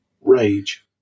Rage